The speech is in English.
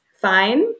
fine